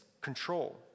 control